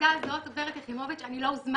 לוועדה הזאת, הגב' יחימוביץ, אני לא הוזמנתי.